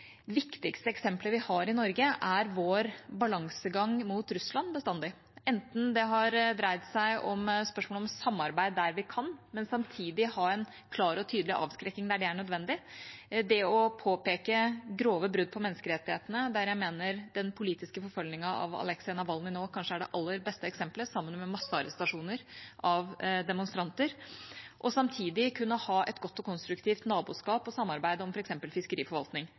har dreid seg om spørsmålet om samarbeid der vi kan, men samtidig ha en klar og tydelig avskrekking der det er nødvendig, eller det å påpeke grove brudd på menneskerettighetene, der jeg mener den politiske forfølgingen av Aleksej Navalnyj nå kanskje er det aller beste eksempelet sammen med massearrestasjoner av demonstranter, og samtidig kunne ha et godt og konstruktivt naboskap og samarbeid om f.eks. fiskeriforvaltning.